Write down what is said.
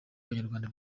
abanyarwanda